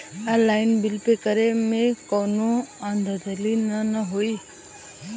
Online bill pay करे में कौनो धांधली ना होई ना?